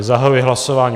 Zahajuji hlasování.